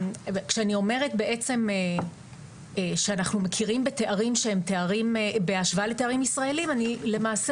כשאני אומרת בעצם שאנחנו מכירים בתארים בהשוואה לתארים ישראלים אני למעשה